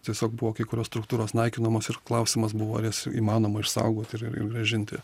tiesiog buvo kai kurios struktūros naikinamos ir klausimas buvo ar jas įmanoma išsaugot ir ir ir grąžinti